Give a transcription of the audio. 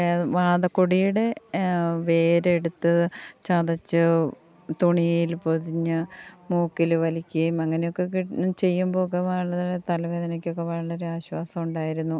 അത് വാതക്കൊടിയുടെ വേരെടുത്ത് ചതച്ചു തുണിയിൽ പൊതിഞ്ഞ് മൂക്കിൽ വലിക്കുകയും അങ്ങനെയൊക്കെ ചെയ്യുമ്പോഴൊക്കെ വളരെ തലവേദനക്കൊക്കെ വളരെ ആശ്വാസമുണ്ടായിരുന്നു